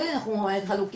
גם אם אנחנו חלוקים,